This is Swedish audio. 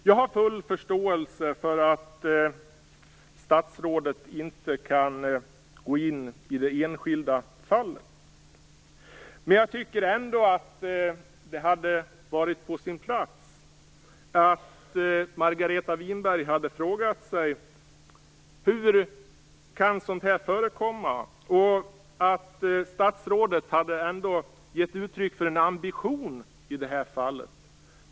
Jag har full förståelse för att statsrådet inte kan gå in i det enskilda fallet. Men jag tycker ändå att det hade varit på sin plats att Margareta Winberg hade frågat sig hur sådant här kan förekomma och att statsrådet hade gett uttryck för en ambition i det här fallet.